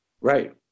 Right